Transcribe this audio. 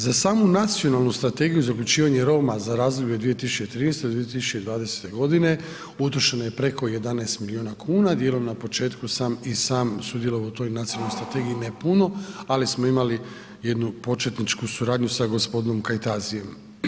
Za samu Nacionalnu strategiju za uključivanje Roma za razdoblje od 2013. do 2020. godine utrošeno je preko 11 milijuna kuna, dijelom na početku sam i sam sudjelovao u toj nacionalnoj strategiji, ne puno ali smo imali jednu p očetničku suradnju sa gospodinom Kajtazijem.